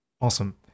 Awesome